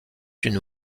une